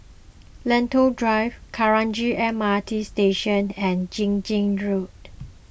Lentor Drive Kranji M R T Station and Fiji Road